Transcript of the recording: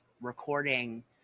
recording